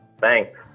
Thanks